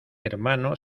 hermano